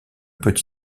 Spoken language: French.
peut